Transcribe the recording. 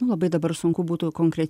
nu labai dabar sunku būtų konkreč